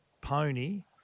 pony